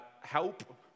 help